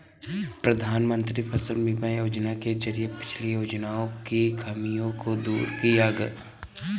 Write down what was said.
प्रधानमंत्री फसल बीमा योजना के जरिये पिछली योजनाओं की खामियों को दूर किया